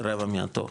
רבע מהתור,